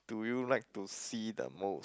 do you like to see the most